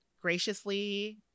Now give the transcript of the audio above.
graciously